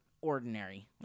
ordinary